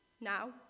Now